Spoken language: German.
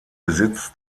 besitz